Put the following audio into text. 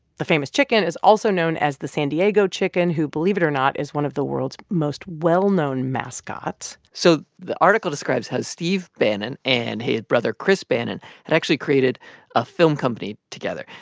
the famous chicken is also known as the san diego chicken, who, believe it or not, is one of the world's most well-known mascots so the article describes how steve bannon and his brother chris bannon had actually created a film company together.